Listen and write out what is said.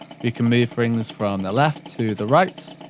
we can move things from the left to the right,